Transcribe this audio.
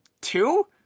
two